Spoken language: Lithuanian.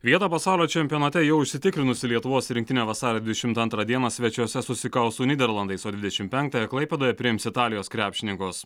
vietą pasaulio čempionate jau užsitikrinusi lietuvos rinktinė vasario dvidešimt antrą dieną svečiuose susikaus su nyderlandais o dvidešimt penktąją klaipėdoje priims italijos krepšininkus